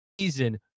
season